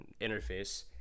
interface